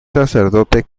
sacerdote